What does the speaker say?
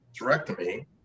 hysterectomy